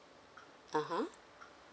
(uh huh)